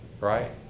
right